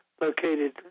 located